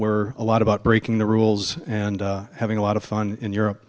were a lot about breaking the rules and having a lot of fun in europe